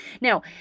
Now